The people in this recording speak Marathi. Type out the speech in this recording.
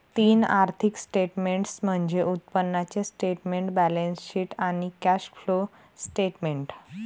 तीन आर्थिक स्टेटमेंट्स म्हणजे उत्पन्नाचे स्टेटमेंट, बॅलन्सशीट आणि कॅश फ्लो स्टेटमेंट